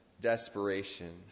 desperation